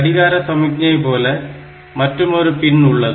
கடிகார சமிக்ஞை போல மற்றுமொரு பின் உள்ளது